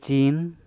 ᱪᱤᱱ